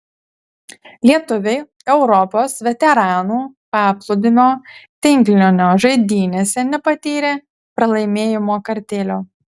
lietuviai europos veteranų paplūdimio tinklinio žaidynėse nepatyrė pralaimėjimo kartėlio